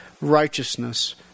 righteousness